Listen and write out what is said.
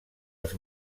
els